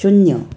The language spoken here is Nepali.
शून्य